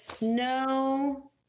No